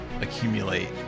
accumulate